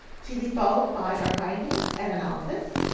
to be followed by our findings and analysis.